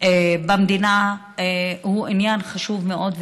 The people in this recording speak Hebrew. במדינה הוא עניין חשוב מאוד,